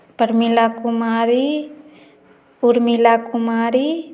Pramila Kumari Urmila Kumari